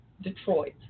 Detroit